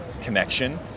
connection